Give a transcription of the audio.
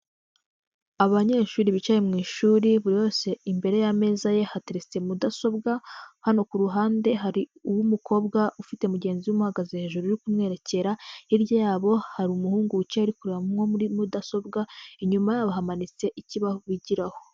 Abanyeshuri bicaye mu ishuri, buri wese imbere y'ameza ye hateretse mudasobwa, hano ku ruhande hari uw'umukobwa ufite mugenzi we umuhagaze hejuru uri kumwerekera, hirya yabo hari umuhungu wicaye ari kureba nko muri mudasobwa, inyuma yabo hamanitse ikibaho bigiraho.